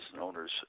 owners